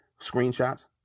screenshots